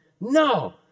No